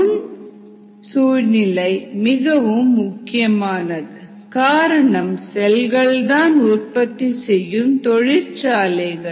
நுண் சூழ்நிலை மிகவும் முக்கியமானது காரணம் செல்கள்தான் உற்பத்தி செய்யும் தொழிற்சாலைகள்